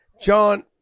John